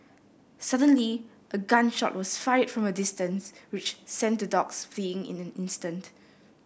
suddenly a gun shot was fired from a distance which sent the dogs fleeing in an instant